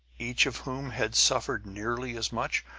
each of whom had suffered nearly as much?